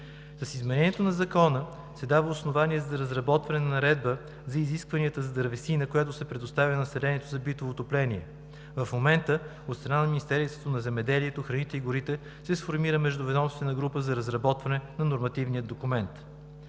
С изменението на Закона се дава основание за разработване на Наредба за изискванията за дървесината, която се предоставя на населението за битово отопление. В момента от страна на Министерството на земеделието, храните и горите се сформира Междуведомствена група за разработване на нормативния документ.